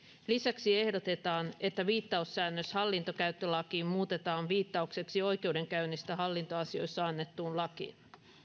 lisäksi ehdotetaan että viittaussäännös hallintolainkäyttölakiin muutetaan viittaukseksi oikeudenkäynnistä hallintoasioissa annettuun lakiin